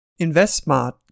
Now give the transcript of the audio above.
InvestSmart